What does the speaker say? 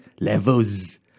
Levels